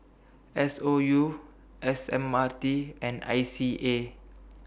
S O U S M R T and I C A